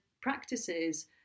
practices